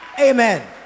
amen